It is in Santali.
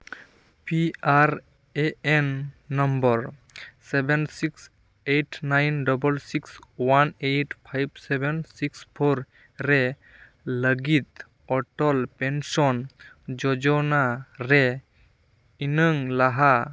P R A N number seven six eight nine double six one eight five seven six four ᱨᱮ ᱞᱟᱹᱜᱤᱫ ᱚᱴᱚᱞ ᱯᱮᱱᱥᱚᱱ ᱡᱳᱡᱳᱱᱟ ᱨᱮ ᱤᱱᱟᱹᱝ ᱞᱟᱦᱟ